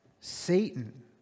Satan